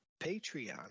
patreon